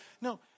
No